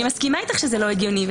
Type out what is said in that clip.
אני מסכימה שזה לא הגיוני.